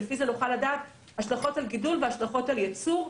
שלפי זה נוכל לדעת השלכות על גידול והשלכות על ייצור.